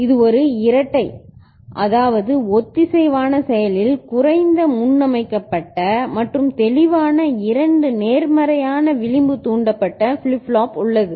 இது ஒரு இரட்டை அதாவது ஒத்திசைவான செயலில் குறைந்த முன்னமைக்கப்பட்ட மற்றும் தெளிவான இரண்டு நேர்மறையான விளிம்பு தூண்டப்பட்ட ஃபிளிப் ஃப்ளாப் உள்ளது